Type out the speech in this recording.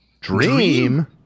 Dream